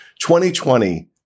2020